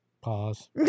Pause